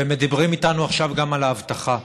ומדברים איתנו עכשיו גם על האבטחה,